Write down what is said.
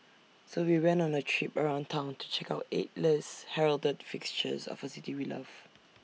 so we went on A traipse around Town to check out eight less heralded fixtures of A city we love